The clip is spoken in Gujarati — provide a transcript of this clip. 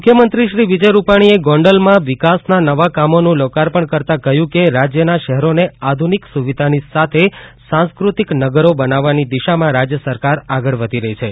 મુખ્યમંત્રી મુખ્યમંત્રી શ્રી વિજય રૂપાણીએ ગોંડલમાં વિકાસના નવા કામોનું લોકાર્પણ કરતાં કહયું કે રાજયના શહેરોને આધુનિક સુવિધાની સાથે સાંસ્કૃતિક નગરો બનાવવાની દિશામાં રાજય સરકાર આગળ વધી રહી છે